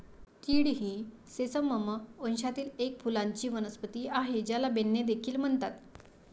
तीळ ही सेसमम वंशातील एक फुलांची वनस्पती आहे, ज्याला बेन्ने देखील म्हणतात